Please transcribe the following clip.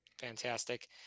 fantastic